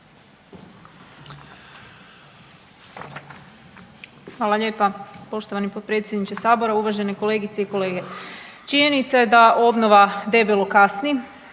Hvala lijepa poštovani potpredsjedniče Sabora, uvažene kolegice i kolege. Činjenica je da obnova debelo kasni,